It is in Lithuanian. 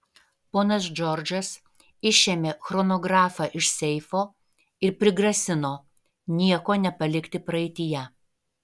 ponas džordžas išėmė chronografą iš seifo ir prigrasino nieko nepalikti praeityje